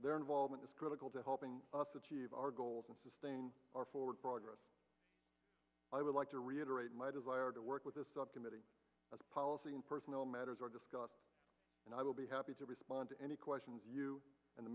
their involvement is critical to helping us achieve our goals and sustain our forward progress i would like to reiterate my desire to work with a subcommittee of policy in personnel matters are discussed and i will be happy to respond to any questions you and the